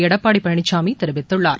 எடப்பாடி பழனிசாமி தெரிவித்துள்ளார்